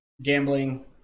gambling